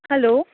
hello